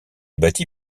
bâti